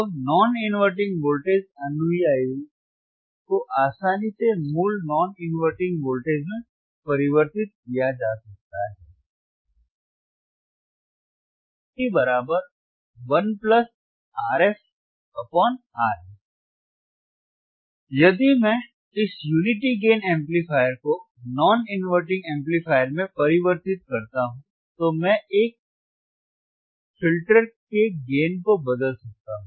दो non inverting voltage अनुयायियों को आसानी से मूल नॉन इनवर्टिंग वोल्टेज में परिवर्तित किया जा सकता है Av 1RfRin यदि मैं इस यूनिटी गेन एम्पलीफायर को नॉन इनवर्टिंग एम्पलीफायर में परिवर्तित करता हूं तो मैं फ़िल्टर के गेन को बदल सकता हूं